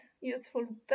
useful